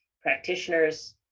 practitioners